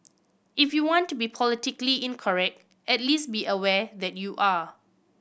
if you want to be politically incorrect at least be aware that you are